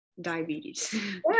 Diabetes